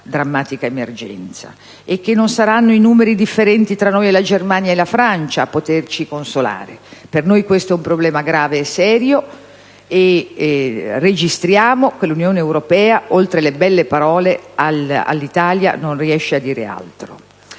drammatica emergenza. Non saranno i numeri differenti tra noi, la Germania e la Francia a consolarci. Per noi questo è un problema grave e serio e registriamo che l'Unione Europea, oltre alle belle parole, non riesce a dire altro